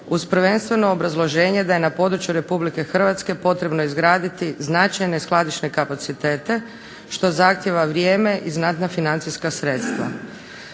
uz prvenstveno obrazloženje da je na području Republike potrebno izgraditi značajne skladišne kapacitete što zahtijeva vrijeme i znatna financijska sredstva.